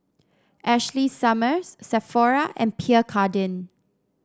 Ashley Summers Sephora and Pierre Cardin